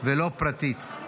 ולא פרטית.